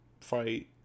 fight